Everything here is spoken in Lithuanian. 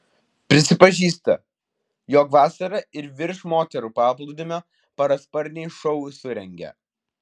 prisipažįsta jog vasarą ir virš moterų paplūdimio parasparniai šou surengia